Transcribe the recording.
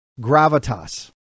gravitas